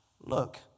Look